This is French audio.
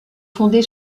fondée